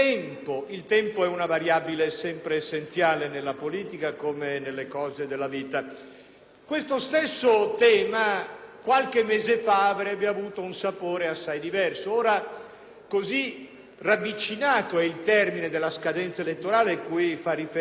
Questo stesso tema, qualche mese fa, avrebbe avuto un sapore assai diverso; ora, così ravvicinato è il termine della scadenza elettorale cui fa riferimento il disegno di legge atto Senato n. 1360, che ogni iniziativa